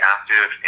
active